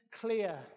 clear